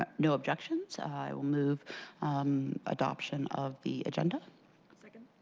ah no objections, i'll move adoption of the agenda. i second.